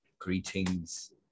Greetings